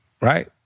right